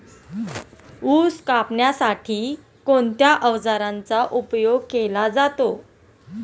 ऊस कापण्यासाठी कोणत्या अवजारांचा उपयोग केला जातो?